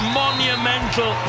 monumental